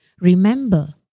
Remember